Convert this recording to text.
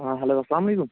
ہاں ہٮ۪لو اَسَلام علیکُم